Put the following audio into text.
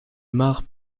mare